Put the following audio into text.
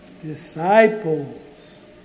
disciples